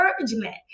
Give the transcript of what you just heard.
encouragement